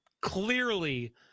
clearly